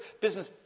business